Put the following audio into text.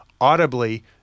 audibly